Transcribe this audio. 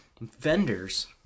vendors